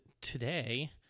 today